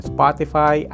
Spotify